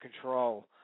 Control